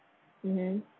and then